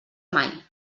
mai